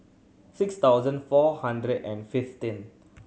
six thousand four hundred and fifteen